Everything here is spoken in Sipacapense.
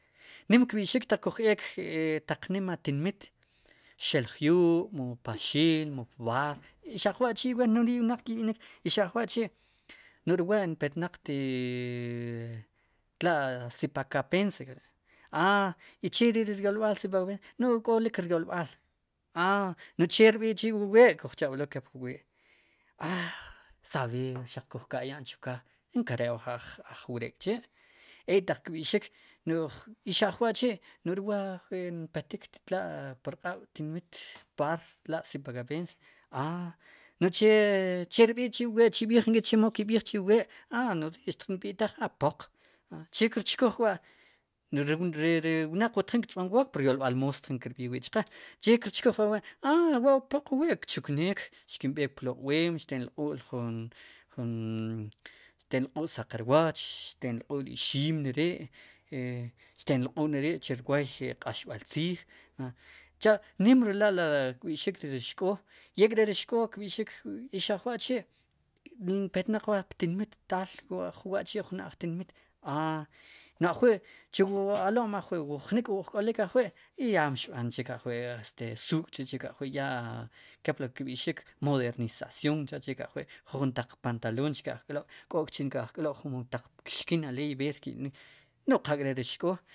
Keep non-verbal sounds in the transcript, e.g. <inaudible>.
Nim kb'ixik ataq kuj eek e taq nima tinmit xeljuyub' o paxil pb'aar xaq wa'chi' wa'nodiiy wnaq ki'b'nik ixajwa'chi' iwa ixajwa'chi' no'j ri wa'inpetnaq te eee <hesitation> tla'sipakapense kujcha' aa i cheri' ri ryolb'al sipakapense nu'j k'olik ryolb'al aa no'j che rb'i'chi' wu wee kujchab'lo kepli wuwee aa sab'er xaq kuj ka'ya'n chukaaj nkare' uj ajwre' k'chi' ek'taq kb'ixik no'j ix aj wa'chi' no'jriwa npetik tetla' pur q'ab'tinmit b'aar tla'sipakapense a no'j che rb'i'chi' wu wee chib'iij ink'i chemo kib'iij chu wu wee a no'j rii xtib'itaaj poq a chekirchkuj k'wa' a noj ri ri <hesitation> wnaq tjin ktz'omwook pur yolb'al moos tjin kirb'iij wi' chqe che kirchkuj ajwi' aa wa' wu poq wuwee kchuknik xkib'eek ploq'weem xtin lq'u'l jun jun jun <hesitation> saq rwooch xtin lq'ul ri ixim neri' xtin lq'ulneri' rwoy q'axb'al tziij a cha nim la li kb'i'xik li xk'o i ek' re ri xk'oo kb'i'xik ix aj wa'chi' inpetnaq wa ptinmit taal uj ajwa'chi' ptinmit aa no'j ajwi'chuwu alo'm ajwi' jnik'wu ojk'olik ajwi' i ya mxb'anchik ajwi' suuk chik ajwi' ya kepli kb'i'xik modernización cha'chik ajwi' jujun pantaloom chke ajk'lob' k'okchke ajk'lob' jujuntaq pixkin aleey b'eer ki'b'inik no'j qalk're xk'oo.